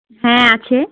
হ্যাঁ আছে